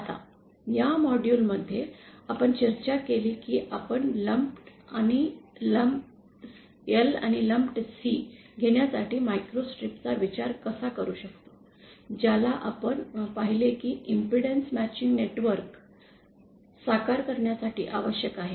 आता या मॉड्यूल मध्ये आपण चर्चा केली की आपण लंप L आणि लंप C लक्षात घेण्यासाठी मायक्रोस्ट्रिप चा वापर कसा करू शकतो ज्याला आपण पाहिले की इम्पेडन्स मॅचिंग नेटवर्क साकार करण्यासाठी आवश्यक आहे